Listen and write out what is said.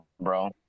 bro